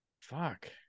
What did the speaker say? Fuck